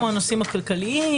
כמו הנושאים הכלכליים,